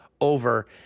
over